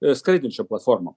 ir skraidančiom platformom